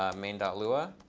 ah main dot lua.